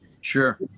Sure